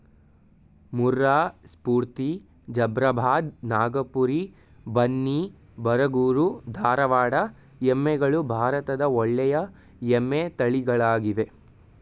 ಮುರ್ರಾ, ಸ್ಪೂರ್ತಿ, ಜಫ್ರಾಬಾದ್, ನಾಗಪುರಿ, ಬನ್ನಿ, ಬರಗೂರು, ಧಾರವಾಡ ಎಮ್ಮೆಗಳು ಭಾರತದ ಒಳ್ಳೆಯ ಎಮ್ಮೆ ತಳಿಗಳಾಗಿವೆ